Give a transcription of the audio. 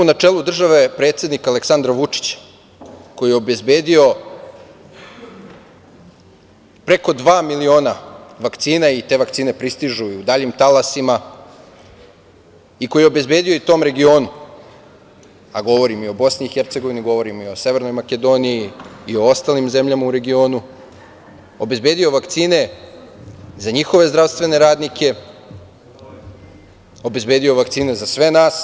Imamo na čelu države predsednika Aleksandra Vučića koji je obezbedio preko dva miliona vakcina i te vakcine pristižu i u daljim talasima i koji je obezbedio i tom regionu, a govorim i o Bosni i Hercegovini, govorim i o Severnoj Makedoniji i o ostalim zemljama u regionu, obezbedio vakcine za njihove zdravstvene radnike, obezbedio vakcine za sve nas.